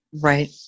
Right